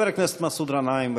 חבר הכנסת מסעוד גנאים,